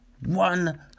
One